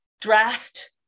Draft